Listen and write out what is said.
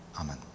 Amen